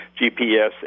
GPS